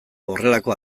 horrelako